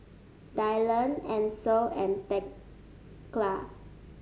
Dylon Ansel and Thekla